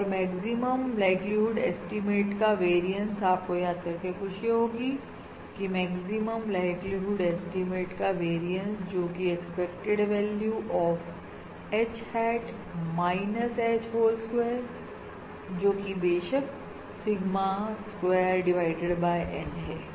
और maximum likelihood estimate का variance आपको याद करके खुशी होगी की मैक्सिमम लाइक्लीहुड एस्टीमेट का वेरियंस जोकि है expected value of H hat minus H whole square जो कि बेशक sigma A square divided by N है